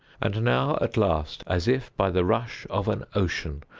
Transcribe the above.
and now, at last, as if by the rush of an ocean,